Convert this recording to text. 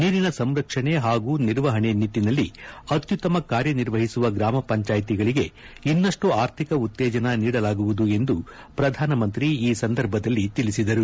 ನೀರಿನ ಸಂರಕ್ಷಣೆ ಹಾಗೂ ನಿರ್ವಹಣೆ ನಿಟ್ಟನಲ್ಲಿ ಅತ್ಯುತ್ತಮ ಕಾರ್ಯ ನಿರ್ವಹಿಸುವ ಗ್ರಾಮಪಂಚಾಯ್ತಗಳಿಗೆ ಇನ್ನಷ್ಟು ಆರ್ಥಿಕ ಉತ್ತೇಜನ ನೀಡಲಾಗುವುದು ಎಂದು ಪ್ರಧಾನಮಂತ್ರಿ ಈ ಸಂದರ್ಭದಲ್ಲಿ ತಿಳಿಸಿದರು